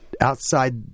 outside